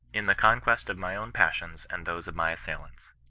in the conquest of my own passions and those of my assailants!